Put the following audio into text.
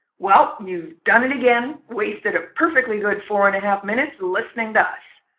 well, you've done it again! wasted a perfectly good four and a half minutes listening to us!